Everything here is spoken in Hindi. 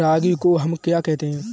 रागी को हम क्या कहते हैं?